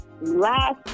last